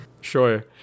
Sure